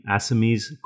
Assamese